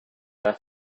their